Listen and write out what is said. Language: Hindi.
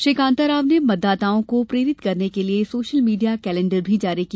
श्री कांताराव ने मतदाताओं को प्रेरित करने के लिये सोशल मीडिया कैलेण्डर भी जारी किया